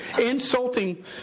insulting